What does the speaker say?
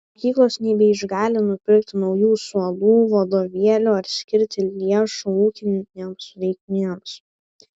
mokyklos nebeišgali nupirkti naujų suolų vadovėlių ar skirti lėšų ūkinėms reikmėms